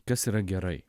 kas yra gerai